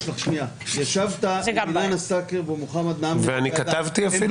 ישבו כאן...